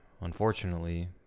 unfortunately